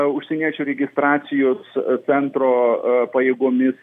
užsieniečių registracijos centro pajėgomis